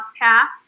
path